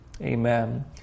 Amen